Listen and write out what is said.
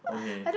okay